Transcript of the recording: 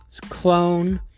clone